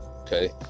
okay